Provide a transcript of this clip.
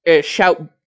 shout